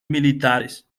militares